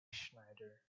schneider